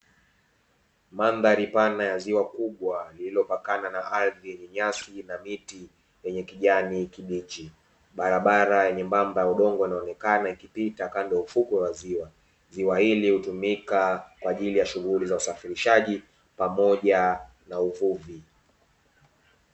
Mandhari pana ya ziwa kubwa, lililopakana na ardhi yenye nyasi na miti yenye kijani kibichi. Barabara nyembamba ya udongo, inaonekana ikipita kando ya ufukwe wa ziwa. Ziwa hili hutumika kwa ajili ya shughuli za usafirishaji pamoja na uvuvi